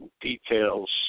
details